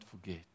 forget